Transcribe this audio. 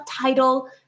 title